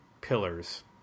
pillars